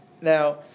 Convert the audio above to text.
Now